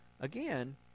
again